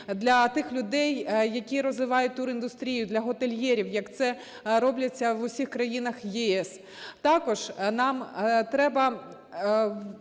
для тих людей, які розвивають туріндустрію, для готельєрів як це робиться в усіх країнах ЄС. Також нам треба